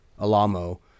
Alamo